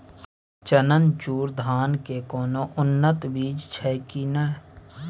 चननचूर धान के कोनो उन्नत बीज छै कि नय?